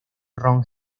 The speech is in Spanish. ron